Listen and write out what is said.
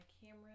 camera